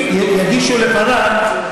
אפשר להגיש אחרי 27 בחודש?